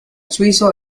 suizo